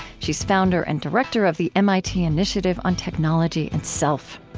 she's founder and director of the mit initiative on technology and self.